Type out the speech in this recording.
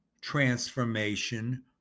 transformation